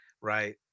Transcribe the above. Right